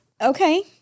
Okay